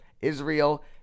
Israel